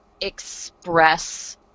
express